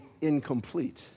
incomplete